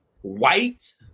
white